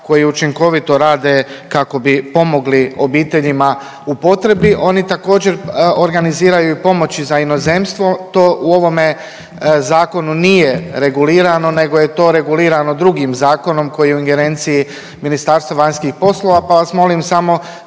koji učinkovito rade kako bi pomogli obiteljima u potrebi. Oni također organiziraju i pomoći za inozemstvo to u ovome zakonu nije regulirano nego je to regulirano drugim zakonom koji je u ingerenciji Ministarstva vanjskih poslova,